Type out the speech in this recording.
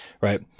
right